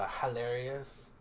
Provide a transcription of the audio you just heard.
hilarious